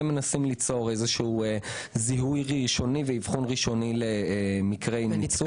אנחנו מנסים ליצור זיהוי ואבחון ראשוני למקרי ניצול.